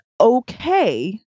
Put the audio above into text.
okay